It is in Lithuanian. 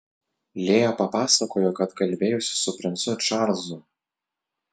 lėja papasakojo kad kalbėjosi su princu čarlzu